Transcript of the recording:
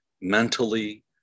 mentally